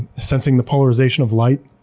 sensing the polarization of light